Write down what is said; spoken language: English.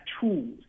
tools